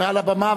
מעל הבמה?